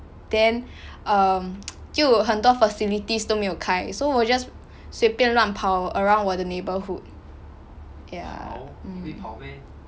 then um 就很多 facilities 都没有开 so 我 just 随便乱跑 around 我的 neighbourhood ya mm